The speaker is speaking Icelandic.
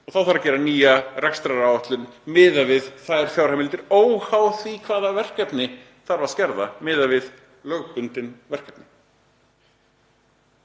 Og þá þarf að gera nýja rekstraráætlun miðað við þær fjárheimildir óháð því hvaða verkefni þarf að skerða miðað við lögbundin verkefni.